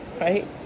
right